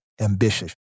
ambitious